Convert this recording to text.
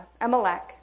Amalek